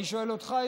אני שואל אותך,